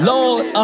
Lord